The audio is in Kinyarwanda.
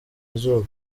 izuba